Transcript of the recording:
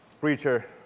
preacher